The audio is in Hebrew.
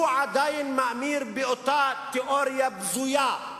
הוא עדיין מאמין באותה תיאוריה בזויה,